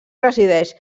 resideix